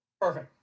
Perfect